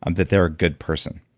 um that they're a good person.